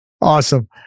Awesome